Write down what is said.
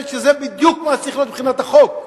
שזה בדיוק מה שצריך להיות מבחינת החוק.